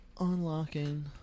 Unlocking